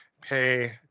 pay